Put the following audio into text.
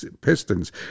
pistons